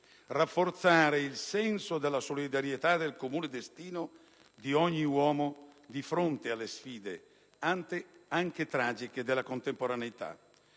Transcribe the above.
rafforzare il senso della solidarietà e del comune destino di ogni uomo di fronte alle sfide, anche tragiche, della contemporaneità.